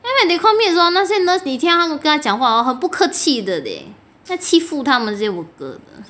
then when they call me 的时候那些 nurse 你听他们跟他讲话 hor 很不客气的 leh 在欺负他们这些 workers